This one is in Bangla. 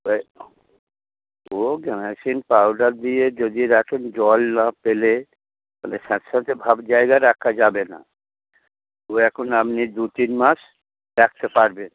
ওই ও গ্যামাক্সিন পাউডার দিয়ে যদি রাখেন জল না পেলে তাহলে স্যাঁতস্যাঁতে ভাব জায়গায় রাখা যাবে না তো এখন আপনি দু তিন মাস রাখতে পারবে